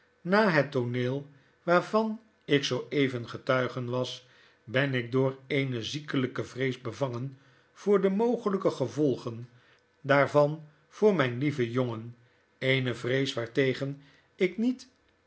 na middernacht nahettooneel waarvan ik zoo even getuige was ben ik door eene ziekelijke vrees bevangen voor de mogelyke gevolgen daarvan voor myn lieven jongen eene vrees waartegen ik niet